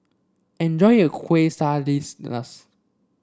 enjoy your Quesadillas